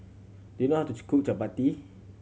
do you know how to cook Chapati